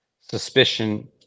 suspicion